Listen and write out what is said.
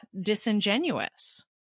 disingenuous